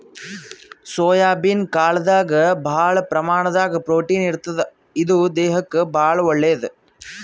soybean ಕಾಳ್ದಾಗ್ ಭಾಳ್ ಪ್ರಮಾಣದಾಗ್ ಪ್ರೊಟೀನ್ ಇರ್ತದ್ ಇದು ದೇಹಕ್ಕಾ ಭಾಳ್ ಒಳ್ಳೇದ್